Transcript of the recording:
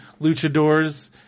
luchadors